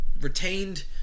retained